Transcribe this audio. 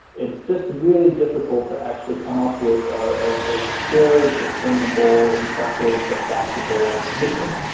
it's just really difficult to actually come up with a good, sustainable, impressive, attractable mission.